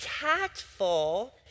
tactful